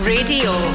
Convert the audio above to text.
Radio